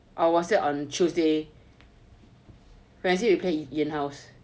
I was set on tuesday when we say come ian house